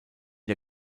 der